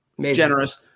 Generous